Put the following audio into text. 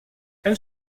elle